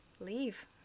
leave